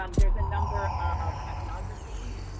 um there's a number of ethnographies,